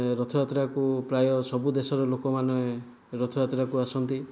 ରଥଯାତ୍ରାକୁ ପ୍ରାୟ ସବୁ ଦେଶର ଲୋକମାନେ ରଥଯାତ୍ରାକୁ ଆସନ୍ତି